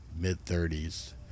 mid-30s